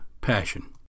passion